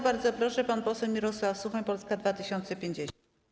Bardzo proszę, pan poseł Mirosław Suchoń, Polska 2050.